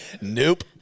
Nope